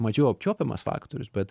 mažiau apčiuopiamas faktorius bet